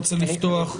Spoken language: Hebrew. בבקשה.